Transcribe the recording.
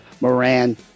Moran